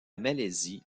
malaisie